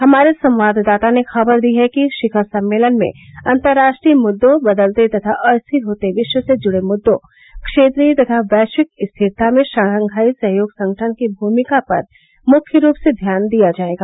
हमारे संवाददाता ने खबर दी है कि शिखर सम्मेलन में अन्तर्राष्ट्रीय मुद्दों बदलते तथा अस्थिर होते विश्व से जुड़े मुद्दों क्षेत्रीय तथा वैश्विक स्थिरता में शंघाई सहयोग संगठन की भूमिका पर मुख्य रूप से ध्यान दिया जायेगा